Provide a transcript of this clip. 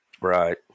Right